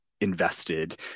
invested